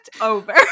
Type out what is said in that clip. over